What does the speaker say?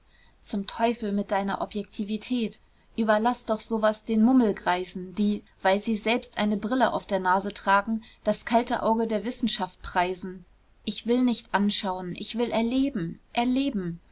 zum teufel mit deiner objektivität überlaß doch so was den mummelgreisen die weil sie selbst eine brille auf der nase tragen das kalte auge der wissenschaft preisen ich will nicht anschauen ich will erleben erleben